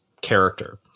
character